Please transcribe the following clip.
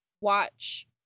watch